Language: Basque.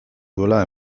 duela